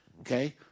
okay